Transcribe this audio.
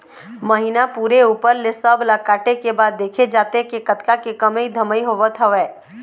महिना पूरे ऊपर ले सब ला काटे के बाद देखे जाथे के कतका के कमई धमई होवत हवय